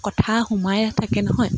কথা সোমাই থাকে নহয়